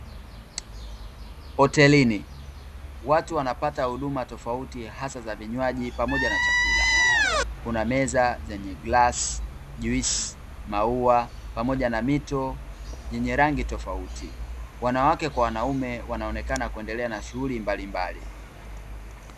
Hotelini; watu wanapata huduma tofauti hasa za vinywaji pamoja na chakula, kuna meza zenye glasi, juisi, maua, pamoja na mito yenye rangi tofauti. Wanawake kwa wanaume wanaonekana kuendelea na shughuli mbalimbali.